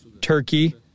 Turkey